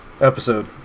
episode